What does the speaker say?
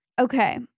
Okay